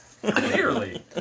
Clearly